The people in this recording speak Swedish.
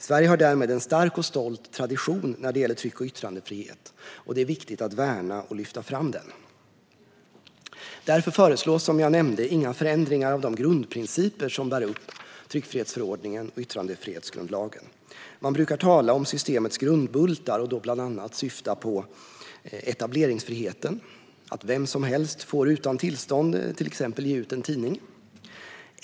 Sverige har därmed en stark och stolt tradition när det gäller tryck och yttrandefrihet, och det är viktigt att värna och lyfta fram den. Därför föreslås, som jag nämnde, inga förändringar av de grundprinciper som bär upp tryckfrihetsförordningen och yttrandefrihetsgrundlagen. Man brukar tala om systemets grundbultar och då syfta på bland annat etableringsfriheten. Vem som helst får utan tillstånd till exempel ge ut en tidning.